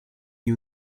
you